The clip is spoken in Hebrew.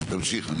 תמשיך.